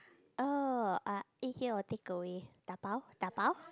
oh ah eat here or take away dabao dabao